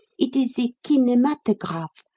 it is ze kinematograph,